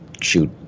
shoot